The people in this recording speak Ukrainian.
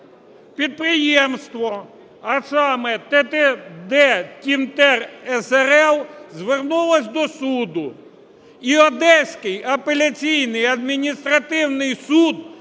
Підприємство, а саме T.T.D. TIMBER SRL, звернулося до суду. І Одеський апеляційний адміністративний суд,